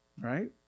Right